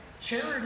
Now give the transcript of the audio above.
charity